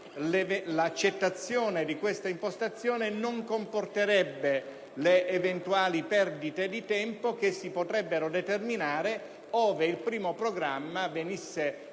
l'accoglimento di questa impostazione non comporterebbe le eventuali perdite di tempo che si potrebbero determinare ove il primo programma venisse varato